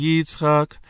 Yitzchak